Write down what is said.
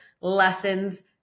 lessons